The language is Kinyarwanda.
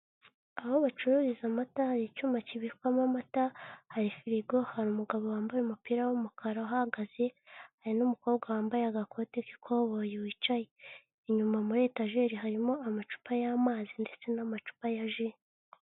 Aho bacururiza amata hari icyuma kibikwamo amata, hari firigo, hari umugabo wambaye umupira w'umukara uhahagaze hari n'umukobwa wambaye agakoti k'ikoboyi wicaye, inyuma muri etageri harimo amacupa y'amazi ndetse n'amacupa ya ji,